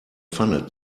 pfanne